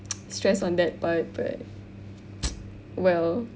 stress on that part but well